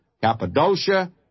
Cappadocia